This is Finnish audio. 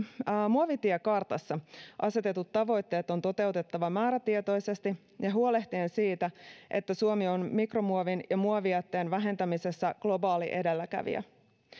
muovitiekartassa asetetut tavoitteet on toteutettava määrätietoisesti ja huolehtien siitä että suomi on mikromuovin ja muovijätteen vähentämisessä globaali edelläkävijä